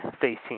facing